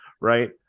right